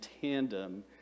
tandem